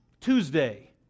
Tuesday